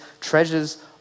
treasures